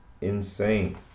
insane